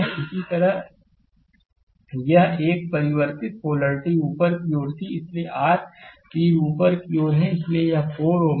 और इसी तरह यह एक परिवर्तित पोलैरिटी ऊपर की ओर थी इसलिए यह r तीर ऊपर की ओर है इसलिए यह 4 Ω है